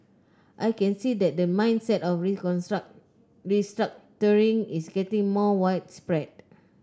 I can see that the mindset of reconstruct restructuring is getting more widespread